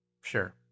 Sure